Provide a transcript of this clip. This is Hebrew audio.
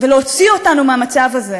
ולהוציא אותנו מהמצב הזה?